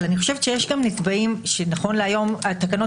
אבל יש גם נתבעים שנכון להיום התקנות